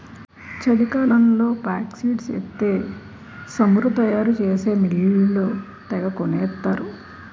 చలికాలంలో ఫేక్సీడ్స్ ఎత్తే సమురు తయారు చేసే మిల్లోళ్ళు తెగకొనేత్తరు